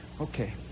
Okay